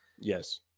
Yes